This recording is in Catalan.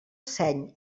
seny